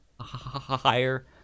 higher